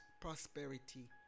prosperity